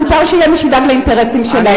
ומותר שיהיה מי שידאג לאינטרסים שלהם.